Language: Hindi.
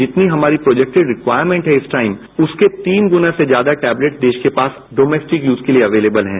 जितनी हमारी प्रोजैक्टेड रिक्वायरमेन्ट हैं इस टाइम उसके तीन गुना से ज्यादा टैबलेट देश के पास आज डोमेस्टिक यूज के लिये अवेलेबल हैं